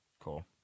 cool